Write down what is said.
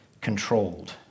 controlled